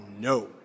No